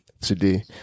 today